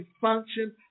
function